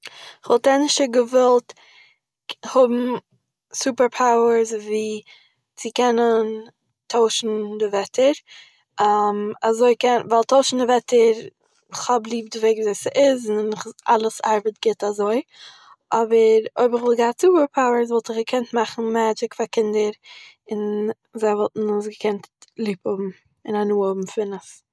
כ'וואלט ענדערשער געוואלט האבן סופער-פאוערס ווי צו קענען טוישן די וועטער אזוי קען- ווייל טוישן די וועטער, כ'האב ליב די וועג ווי ס'איז און אלעס ארבעט גוט אזוי, אבער אויב איך וואלט געהאט סופער-פאוערס וואלט איך געקענט מאכן מעדזשיק פאר קינדער און זיי וואלטן עס געקענט ליב האבן און הנאה האבן פון עס